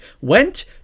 went